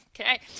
Okay